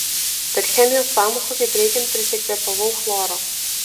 per chemijos pamoką kaip reikiant prisikvėpavau chloro